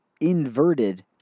inverted